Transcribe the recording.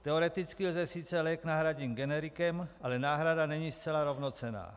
Teoreticky lze sice lék nahradit generikem, ale náhrada není zcela rovnocenná.